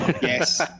Yes